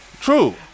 True